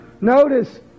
Notice